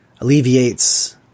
alleviates